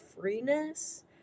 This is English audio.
freeness